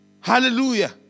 Hallelujah